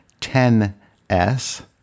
10s